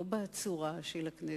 לא בצורה של הכנסת,